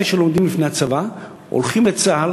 אלה שלומדים לפני הצבא הולכים לצה"ל,